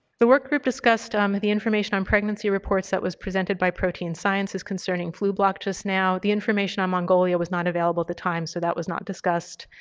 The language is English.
the work group discussed um the information on pregnancy reports that was presented by protein sciences concerning flublok just now. the information on mongolia was not available at the time so that was not discussed.